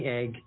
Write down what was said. egg